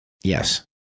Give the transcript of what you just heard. Yes